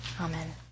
Amen